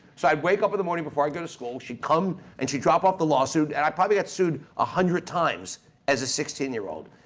so i'd wake up in the morning before i'd go to school, she'd come and she dropped off the lawsuit and i probably got sued one ah hundred times as a sixteen year old.